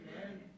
Amen